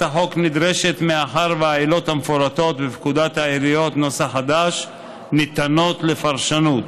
הצעת החוק נדרשת מאחר שהעילות המפורטות בפקודת העיריות ניתנות לפרשנות.